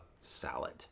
salad